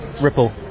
ripple